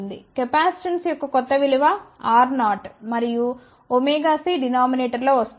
capacitance యొక్క కొత్త విలువ R0 మరియు ωc డినామినేటర్ లో వస్తుంది